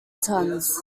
tons